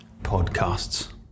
podcasts